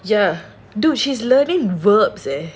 ya dude she's learning verbs eh